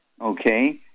okay